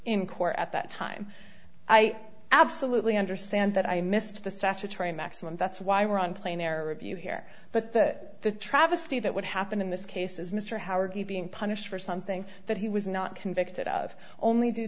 in court at that time i absolutely understand that i missed the statutory maximum that's why we're on plane air review here but that the travesty that would happen in this case is mr howard being punished for something that he was not convicted of only due